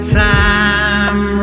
time